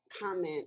comment